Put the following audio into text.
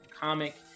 comic